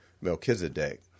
Melchizedek